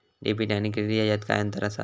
Debit आणि credit ह्याच्यात काय अंतर असा?